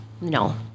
No